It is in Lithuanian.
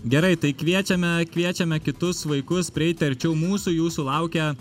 gerai tai kviečiame kviečiame kitus vaikus prieiti arčiau mūsų jūsų laukia